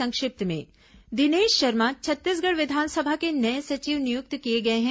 संक्षिप्त समाचार दिनेश शर्मा छत्तीसगढ़ विधानसभा के नये सचिव नियुक्त किए गए हैं